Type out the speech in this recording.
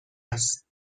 است